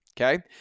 okay